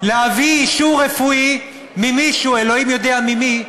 להביא אישור רפואי ממישהו, אלוהים יודע ממי,